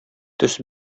төс